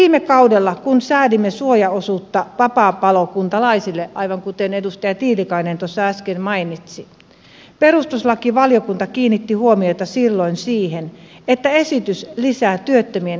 viime kaudella kun säädimme suojaosuutta vapaapalokuntalaisille aivan kuten edustaja tiilikainen tuossa äsken mainitsi perustuslakivaliokunta kiinnitti huomiota siihen että esitys lisää työttömien epätasa arvoa